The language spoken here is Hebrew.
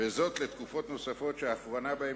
וזאת לתקופות נוספות שהאחרונה שבהן